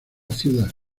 ciudad